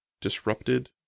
disrupted